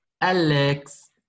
Alex